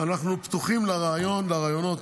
אנחנו פתוחים לרעיונות